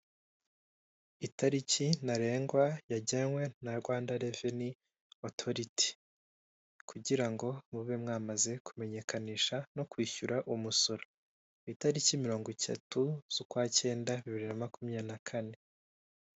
Itariki ntarengwa yagenwe, na Rwanda Revenue Authority. Kugira ngo mube mwamaze kumenyekanisha, no kwishyura umusoro. Ku itariki mirongo itatu z'ukwacyenda bibiri na makumyabiri na kane.